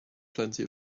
plenty